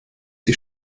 die